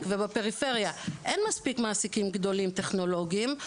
ובפריפריה אין מספיק מעסיקים גדולים טכנולוגיים,